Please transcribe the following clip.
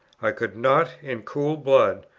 i could not in cool blood,